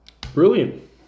Brilliant